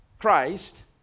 Christ